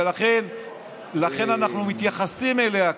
ולכן אנחנו מתייחסים אליה ככה.